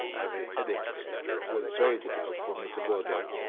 i have a headache. it was very difficult for me to go there,